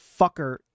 fucker